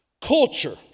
culture